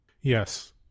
Yes